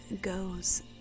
goes